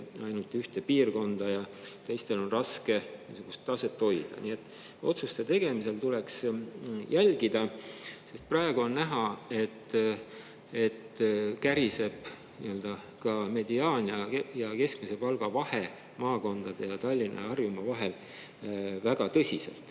ainult ühte piirkonda ja teistel on raske niisugust taset hoida. Otsuste tegemisel tuleks jälgida, sest praegu on näha, et käriseb ka mediaan- ja keskmise palga vahe maakondade ja Tallinna ja Harjumaa vahel väga tõsiselt.